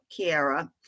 Kiara